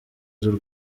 z’u